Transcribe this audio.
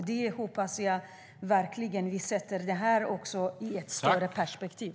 Jag hoppas verkligen att vi sätter det här i ett större perspektiv.